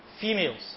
females